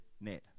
net